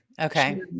Okay